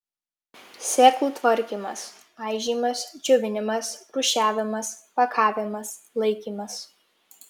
sėklų tvarkymas aižymas džiovinimas rūšiavimas pakavimas laikymas